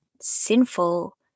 sinful